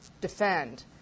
defend